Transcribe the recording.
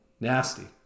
Nasty